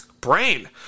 Brain